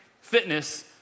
fitness